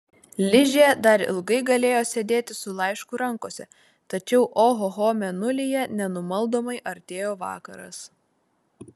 ližė dar ilgai galėjo sėdėti su laišku rankose tačiau ohoho mėnulyje nenumaldomai artėjo vakaras